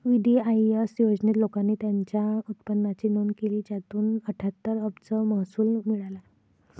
VDIS योजनेत, लोकांनी त्यांच्या उत्पन्नाची नोंद केली, ज्यातून अठ्ठ्याहत्तर अब्ज महसूल मिळाला